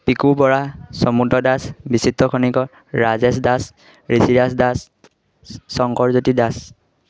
Piku Bora Samudra Das Bichitra Khanikar Rajesh Das Rishiraj Das Sankarjyoti Das